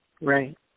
Right